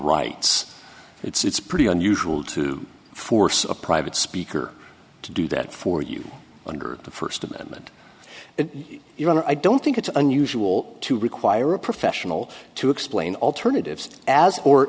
rights it's pretty unusual to force a private speaker to do that for you under the first amendment if you don't i don't think it's unusual to require a professional to explain alternatives as